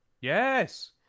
Yes